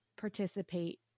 participate